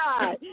God